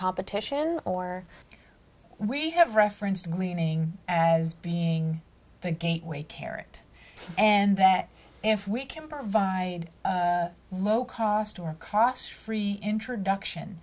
competition or we have referenced cleaning as being the gateway character and that if we can provide low cost or cost free introduction